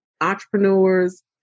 Entrepreneurs